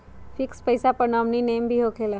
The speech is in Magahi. फिक्स पईसा पर नॉमिनी नेम भी होकेला?